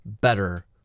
better